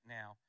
now